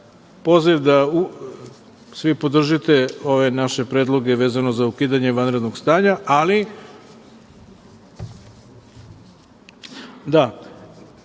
poziv da svi podržite ove naše predloge vezano za ukidanje vanrednog stanja…Da,